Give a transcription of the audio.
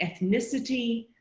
ethnicity,